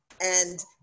And-